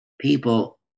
people